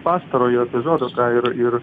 pastarojo epizodo ką ir ir